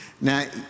Now